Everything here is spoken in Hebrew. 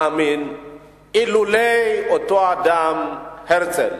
אני מאמין שאילולא אותו אדם, הרצל,